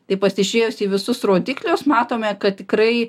tai pasižiūrėjus į visus rodiklius matome kad tikrai